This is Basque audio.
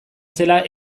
zirela